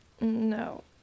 No